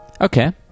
Okay